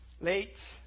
late